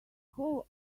whole